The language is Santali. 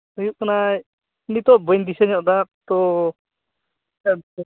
ᱦᱩᱭᱩᱜ ᱠᱟᱱᱟᱭ ᱱᱤᱛᱳᱜ ᱵᱟᱹᱧ ᱫᱤᱥᱟᱹ ᱧᱚᱜ ᱮᱫᱟ ᱛᱚ